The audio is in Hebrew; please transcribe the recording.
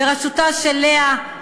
בראשותה של לאה,